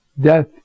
death